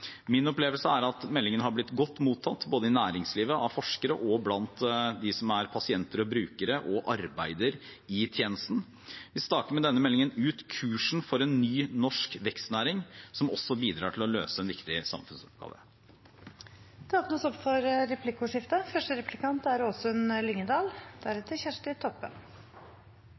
Min opplevelse er at meldingen har blitt godt mottatt både i næringslivet, av forskere, blant pasientene og de som bruker og arbeider i tjenesten. Vi staker med denne meldingen ut kursen for en ny norsk vekstnæring som også bidrar til å løse en viktig samfunnsoppgave. Det blir replikkordskifte.